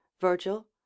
Virgil